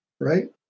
right